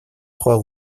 trois